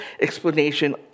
explanation